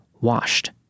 washed